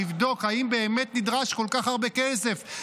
לבדוק אם באמת נדרש כל כך הרבה כסף,